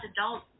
adults